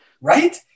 Right